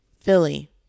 Philly